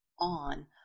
on